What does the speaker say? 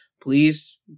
please